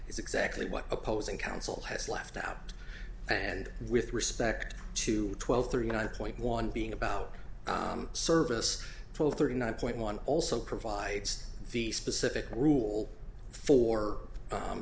is exactly what opposing counsel has left out and with respect to twelve thirty nine point one being about service twelve thirty nine point one also provides the specific rule for